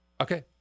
Okay